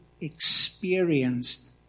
experienced